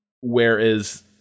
Whereas